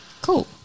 Cool